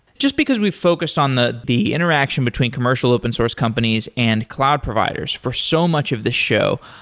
just because we've focused on the the interaction between commercial open source companies and cloud providers for so much of the show,